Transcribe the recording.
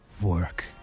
work